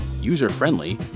user-friendly